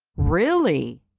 really,